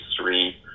three